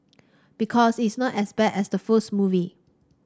because it's not as bad as the first movie